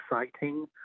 exciting